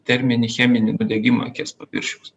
terminį cheminį nudegimą akies paviršiaus